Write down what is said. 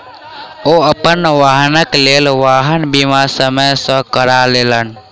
ओ अपन वाहनक लेल वाहन बीमा समय सॅ करा लेलैन